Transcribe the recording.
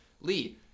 Lee